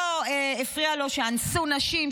לא הפריע לו שאנסו נשים,